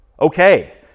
okay